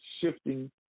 shifting